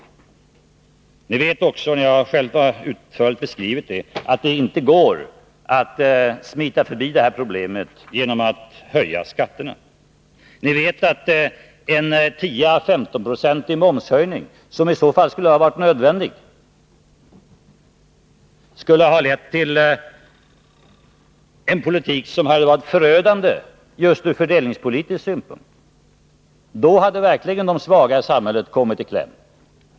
Ni vet också — ni har själva utförligt beskrivit det — att det inte går att smita förbi det här problemet genom att höja skatterna. Ni vet att en 10 å 15-procentig momshöjning, som i så fall skulle ha varit nödvändig, skulle ha lett till en politik som hade varit förödande just ur fördelningspolitisk synpunkt. Då hade verkligen de svaga i samhället kommit i kläm.